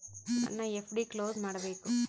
ನನ್ನ FD close ಮಾಡಬೇಕು